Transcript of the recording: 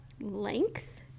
Length